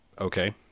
Okay